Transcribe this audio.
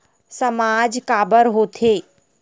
सामाज काबर हो थे?